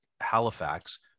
Halifax